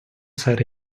said